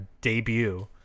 debut